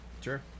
sure